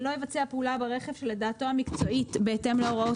"לא יבצע פעולה ברכב שלדעתי המקצועית בהתאם להוראות